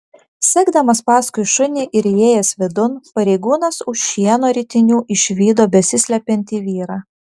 sekdamas paskui šunį ir įėjęs vidun pareigūnas už šieno ritinių išvydo besislepiantį vyrą